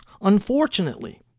Unfortunately